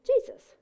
Jesus